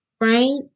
right